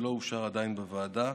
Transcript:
שלא אושר עדיין בוועדה: